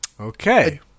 Okay